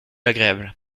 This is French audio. agréable